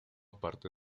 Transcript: parte